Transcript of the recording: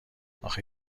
آخه